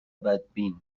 بدبین